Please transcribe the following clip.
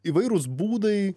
įvairūs būdai